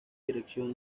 dirección